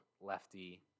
lefty